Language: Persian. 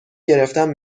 گرفتم